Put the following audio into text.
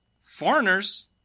foreigners